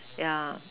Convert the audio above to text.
yeah